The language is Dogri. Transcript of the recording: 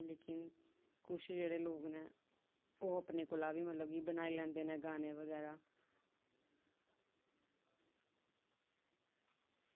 ते मतलब कुछ लोग न ओह् अपने कोला बी बनाई लैंदे न गाने